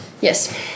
Yes